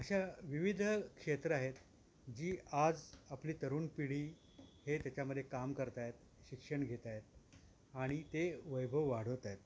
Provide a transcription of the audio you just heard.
अशा विविध क्षेत्रं आहेत जी आज आपली तरुण पिढी हे त्याच्यामध्ये काम करत आहेत शिक्षण घेत आहेत आणि ते वैभव वाढवत आहेत